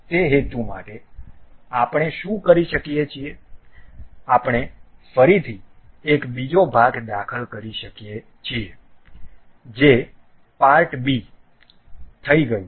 તે હેતુ માટે આપણે શું કરી શકીએ છીએ આપણે ફરીથી એક બીજો ભાગ દાખલ કરી શકીએ છીએ જે પાર્ટ b થઈ ગયું